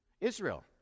Israel